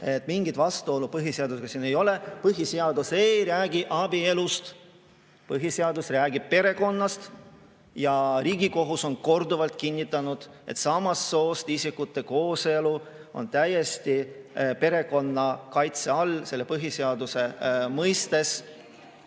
et mingit vastuolu põhiseadusega ei ole. Põhiseadus ei räägi abielust, põhiseadus räägib perekonnast. Ja Riigikohus on korduvalt kinnitanud, et samast soost isikute kooselu on nagu perekond põhiseaduse mõistes